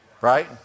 Right